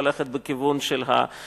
היא הולכת בכיוון ההידברות.